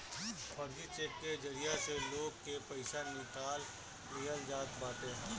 फर्जी चेक के जरिया से लोग के पईसा निकाल लिहल जात बाटे